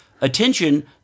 attention